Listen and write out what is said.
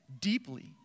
deeply